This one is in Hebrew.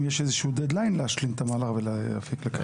השאלה היא אם יש איזשהו דד-ליין להשלים את המהלך ולהפיק לקחים?